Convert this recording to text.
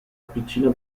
piccina